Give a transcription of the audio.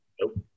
Nope